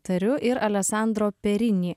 tariu ir alesandro perini